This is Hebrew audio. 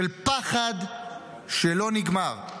של פחד שלא נגמר.